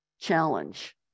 challenge